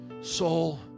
soul